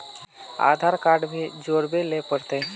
आधार card भी जोरबे ले पड़ते?